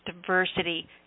diversity